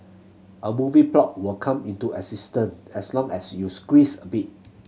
a movie plot will come into existent as long as you squeeze a bit